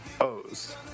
O's